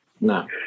No